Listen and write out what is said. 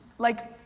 like,